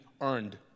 earned